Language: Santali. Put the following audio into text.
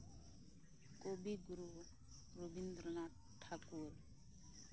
ᱠᱚᱵᱤᱜᱩᱨᱩ ᱨᱚᱵᱤᱱᱫᱨᱚᱱᱟᱛᱷ ᱴᱷᱟᱠᱩᱨ